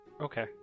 Okay